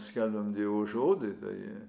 skelbiam dievo žodį tai